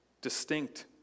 distinct